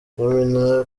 yamina